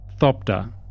thopter